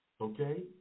Okay